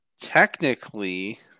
technically